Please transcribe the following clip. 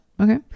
Okay